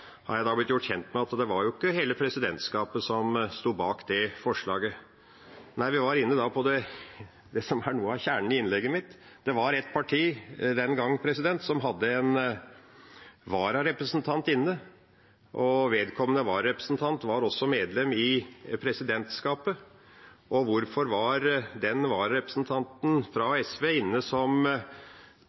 har jeg blitt gjort kjent med at ikke hele presidentskapet sto bak det. Vi var inne på det som er noe av kjernen i innlegget mitt. Det var ett parti den gangen som hadde en vararepresentant inne, og vedkommende vararepresentant var også medlem i presidentskapet. Og hvorfor var den vararepresentanten fra SV inne som